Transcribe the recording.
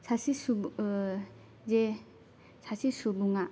सासे सुबुं जे सासे सुबुङा